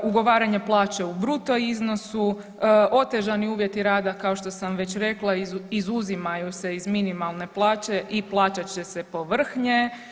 Ugovaranje plaće u bruto iznosu, otežani uvjeti rada kao što sam već rekla izuzimaju se iz minimalne plaće i plaćat će se po vrh nje.